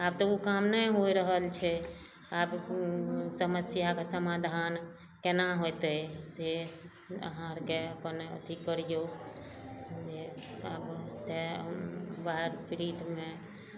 आब तऽ काम नहि होइ रहल छै आब समस्याक समाधान केना होइतै से अहाँ आरके अपन अथी करियौ हमे आब तऽ बाढ़ि पीड़ितमे